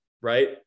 right